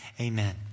amen